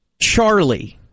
Charlie